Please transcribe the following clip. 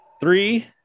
Three